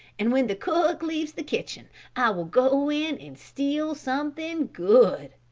and when the cook leaves the kitchen i will go in and steal something good.